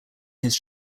his